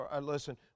listen